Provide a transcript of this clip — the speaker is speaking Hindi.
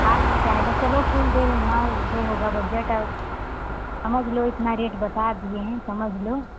आज ही चाहेगा चलो कुल दे देना जो होगा बजट अब समझ लो इतना रेट बता दिए हैं समझ लो